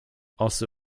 also